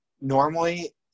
normally